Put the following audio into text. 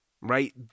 right